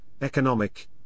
economic